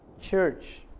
church